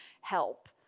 help